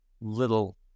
little